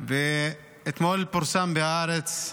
אתמול פורסם ב"הארץ"